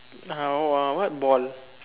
uh what what ball